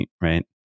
Right